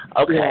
Okay